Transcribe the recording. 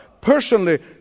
personally